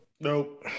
Nope